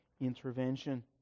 intervention